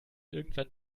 irgendwann